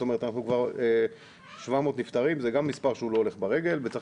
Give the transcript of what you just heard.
אנחנו כבר ב-700 נפטרים וזה גם מספר שלא הולך ברגל וצריך